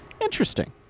interesting